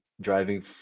driving